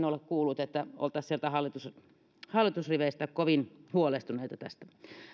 ole kuullut että oltaisiin sieltä hallitusriveistä kovin huolestuneita tästä